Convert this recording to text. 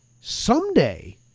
Someday